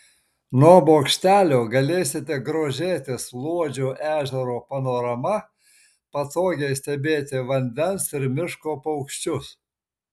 nuo bokštelio galėsite grožėtis luodžio ežero panorama patogiai stebėti vandens ir miško paukščius